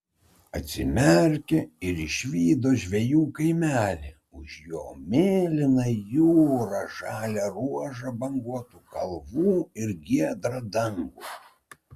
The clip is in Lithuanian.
atsimerkė ir išvydo žvejų kaimelį už jo mėlyną jūrą žalią ruožą banguotų kalvų ir giedrą dangų